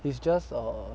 it's just err